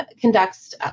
conducts